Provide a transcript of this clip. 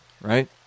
right